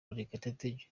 murekatete